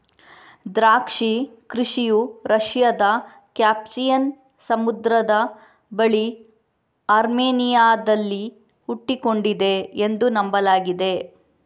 ದ್ರಾಕ್ಷಿ ಕೃಷಿಯು ರಷ್ಯಾದ ಕ್ಯಾಸ್ಪಿಯನ್ ಸಮುದ್ರದ ಬಳಿ ಅರ್ಮೇನಿಯಾದಲ್ಲಿ ಹುಟ್ಟಿಕೊಂಡಿದೆ ಎಂದು ನಂಬಲಾಗಿದೆ